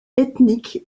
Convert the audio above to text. ethnique